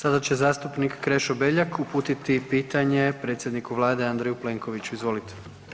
Sada će zastupnik Krešo Beljak uputiti pitanje predsjedniku Vlade Andreju Plenkoviću, izvolite.